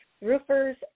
Roofers